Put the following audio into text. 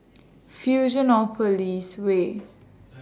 Fusionopolis Way